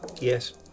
Yes